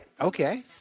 okay